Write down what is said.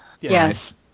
Yes